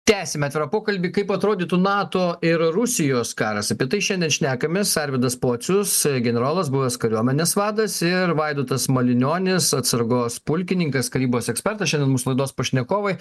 tęsime atvirą pokalbį kaip atrodytų nato ir rusijos karas apie tai šiandien šnekamės arvydas pocius generolas buvęs kariuomenės vadas ir vaidotas malinionis atsargos pulkininkas karybos ekspertas šiandien mūsų laidos pašnekovai